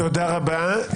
תודה רבה.